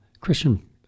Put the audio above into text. Christian